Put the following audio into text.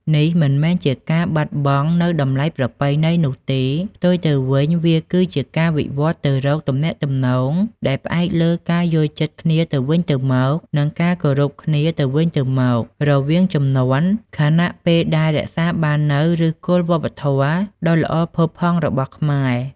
នេះមិនមែនជាការបាត់បង់នូវតម្លៃប្រពៃណីនោះទេ ផ្ទុយទៅវិញ វាគឺជាការវិវឌ្ឍទៅរក ទំនាក់ទំនងដែលផ្អែកលើការយល់ចិត្តគ្នាទៅវិញទៅមក និង ការគោរពគ្នាទៅវិញទៅមក រវាងជំនាន់ ខណៈពេលដែលរក្សាបាននូវ ឫសគល់វប្បធម៌ ដ៏ល្អផូរផង់របស់ខ្មែរ។